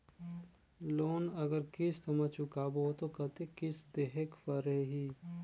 Loan अगर किस्त म चुकाबो तो कतेक किस्त देहेक पढ़ही?